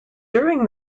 during